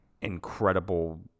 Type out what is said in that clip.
incredible